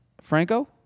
franco